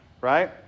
Right